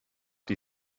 die